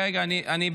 רגע, אני בודק.